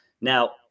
Now